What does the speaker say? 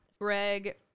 Greg